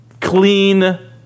clean